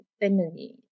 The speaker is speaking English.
family